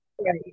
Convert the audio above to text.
right